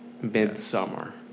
Midsummer